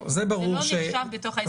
זה לא נחשב בתוך 24 השעות.